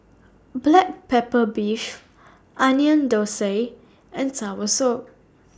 Black Pepper Beef Onion Thosai and Soursop